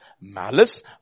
malice